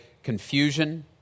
confusion